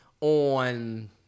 on